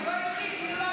הוא לא התחיל,